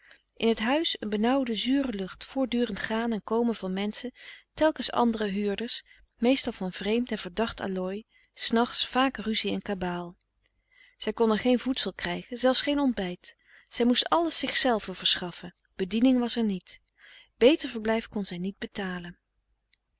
in t huis een benauwde zure lucht voortdurend gaan en komen van menschen telkens andere huurders meestal van vreemd en verdacht allooi s nachts vaak ruzie en kabaal zij kon er geen voedsel krijgen zelfs geen ontbijt zij moest alles zichzelve verschaffen bediening was er niet beter verblijf kon zij niet betalen